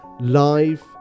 live